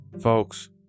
Folks